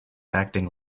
acting